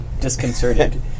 disconcerted